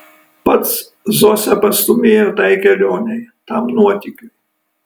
pats zosę pastūmėjo tai kelionei tam nuotykiui